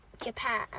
Japan